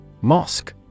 Mosque